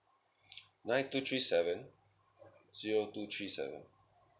nine two three seven zero two three seven